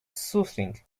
soothing